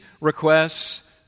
requests